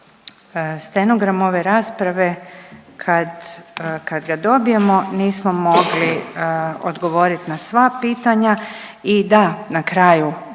stenogram ove rasprave kad, kad ga dobijemo. Nismo mogli odgovoriti na sva pitanja i da na kraju